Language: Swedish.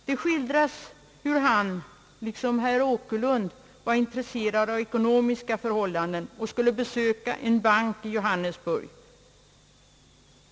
Det skildras hur han liksom herr Åkerlund var intresserad av ekonomiska förhållanden och skulle besöka en bank i Johannesburg.